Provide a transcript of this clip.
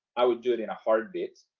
i would do it in a heartbeat.